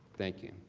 thank you.